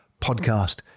podcast